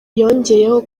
yongeyeho